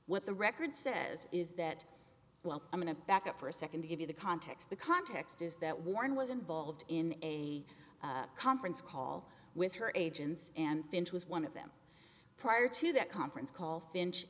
what the record says is that well i'm going to back up for a second to give you the context the context is that warren was involved in a conference call with her agents and finch was one of them prior to that conference call finch